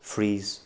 freeze